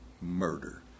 murder